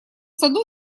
саду